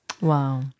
Wow